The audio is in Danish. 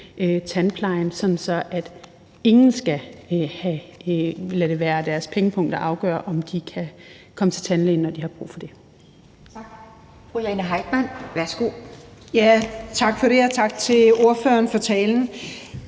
lade det være deres pengepung, der afgør, om de kan komme til tandlægen,